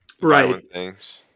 right